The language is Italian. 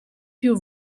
più